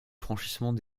franchissement